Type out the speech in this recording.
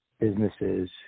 businesses